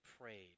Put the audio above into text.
prayed